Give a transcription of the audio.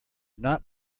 not